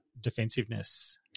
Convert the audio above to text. defensiveness